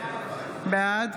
בעד